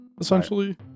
essentially